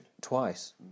Twice